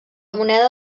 moneda